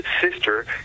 sister